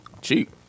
cheap